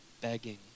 begging